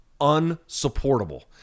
unsupportable